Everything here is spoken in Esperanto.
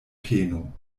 peno